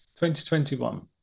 2021